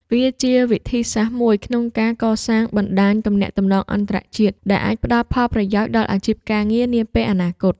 វាជាវិធីសាស្ត្រមួយក្នុងការកសាងបណ្ដាញទំនាក់ទំនងអន្តរជាតិ ដែលអាចផ្ដល់ផលប្រយោជន៍ដល់អាជីពការងារនាពេលអនាគត។